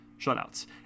shutouts